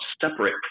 separate